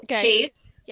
Chase